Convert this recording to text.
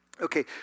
Okay